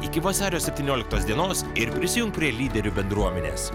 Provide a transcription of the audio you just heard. iki vasario septynioliktos dienos ir prisijunk prie lyderių bendruomenės